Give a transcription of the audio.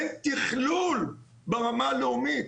אין תכלול, ברמה הלאומית.